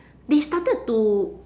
they started to